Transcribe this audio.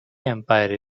empire